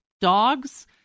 dogs